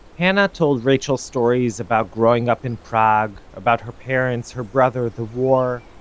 hana told rachael stories about growing up in prague, about her parents, her brother, the war.